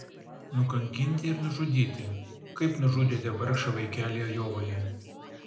nukankinti ir nužudyti kaip nužudėte vargšą vaikelį ajovoje